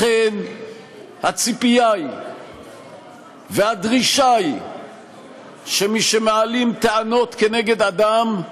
לכן הציפייה היא והדרישה היא שמשמעלים טענות כנגד אדם,